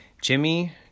Jimmy